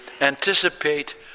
anticipate